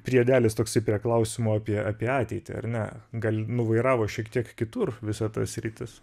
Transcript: priedelis toksai prie klausimo apie apie ateitį ar ne gal nuvairavo šiek tiek kitur visa ta sritis